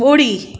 ॿुड़ी